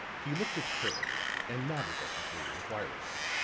he looked at curran and nodded at the three inquiringly.